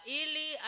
ili